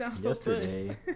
yesterday